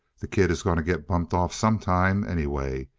the kid is going to get bumped off sometime, anyway.